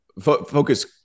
Focus